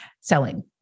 selling